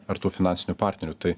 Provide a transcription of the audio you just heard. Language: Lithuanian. ar tų finansinių partnerių tai